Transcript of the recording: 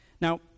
Now